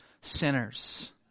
sinners